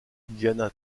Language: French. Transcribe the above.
diana